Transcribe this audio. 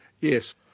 Yes